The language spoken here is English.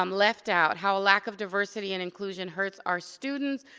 um left out, how lack of diversity and inclusion hurts our students.